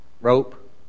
rope